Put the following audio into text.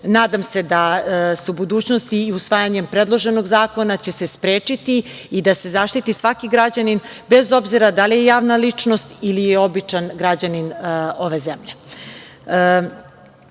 Nadam se da se u budućnosti i usvajanjem predloženog zakona će se sprečiti i da se zaštiti svaki građanin bez obzira da li je javna ličnost ili je običan građanin ove zemlje. Želim